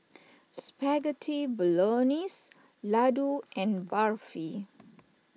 Spaghetti Bolognese Ladoo and Barfi